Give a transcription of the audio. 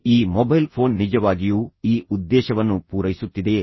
ಈ mobile phone ನಿಜವಾಗಿಯೂ ಈ ಉದ್ದೇಶವನ್ನು ಪೂರೈಸುತ್ತಿದೆಯೇ